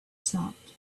stopped